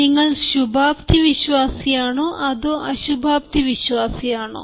നിങ്ങൾ ശുഭാപ്തിവിശ്വാസിയാണോ അതോ അശുഭാപ്തിവിശ്വാസിയാണോ